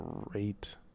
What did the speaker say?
great